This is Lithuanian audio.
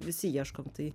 visi ieškom tai